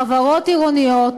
חברות עירוניות,